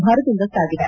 ಭರದಿಂದ ಸಾಗಿದೆ